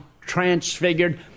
transfigured